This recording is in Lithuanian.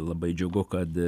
labai džiugu kad